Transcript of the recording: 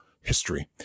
history